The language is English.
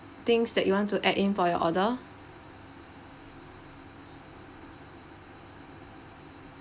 things that you want to add in for your order